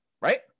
right